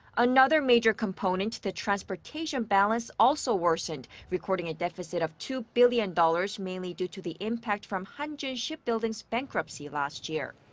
another major component, the transportation balance, also worsened, recording a deficit of two billion dollars, mainly due to the impact from hanjin shipbuilding's bankruptcy last year.